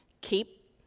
keep